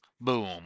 Boom